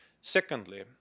Secondly